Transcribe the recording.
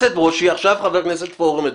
עכשיו חבר הכנסת פורר מדבר.